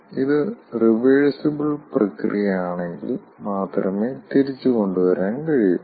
ഇത് റിവേഴ്സിബിൾ പ്രക്രിയയാണെങ്കിൽ മാത്രമേ തിരിച്ചുകൊണ്ടുവരാൻ കഴിയൂ